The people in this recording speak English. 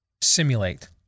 simulate